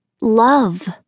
Love